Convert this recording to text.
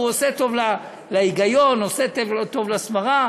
הוא עושה טוב להיגיון, עושה טוב להסברה,